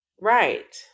right